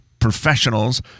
professionals